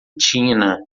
tina